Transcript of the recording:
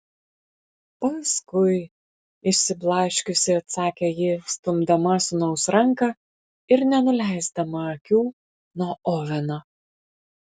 paskui išsiblaškiusi atsakė ji stumdama sūnaus ranką ir nenuleisdama akių nuo oveno